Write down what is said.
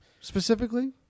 specifically